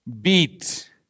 beat